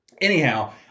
Anyhow